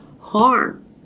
harm